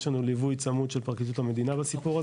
יש לנו ליווי צמוד של פרקליטות המדינה בסיפור הזה,